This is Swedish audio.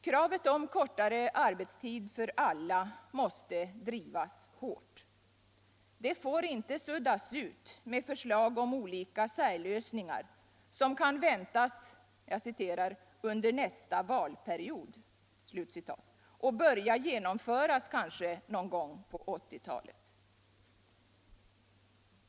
Kravet på kortare arbetstid för alla måste drivas hårt. Det får inte suddas ut med förslag om olika särlösningar som kan väntas ”under nästa valperiod” och börja genomföras någon gång på 1980-talet.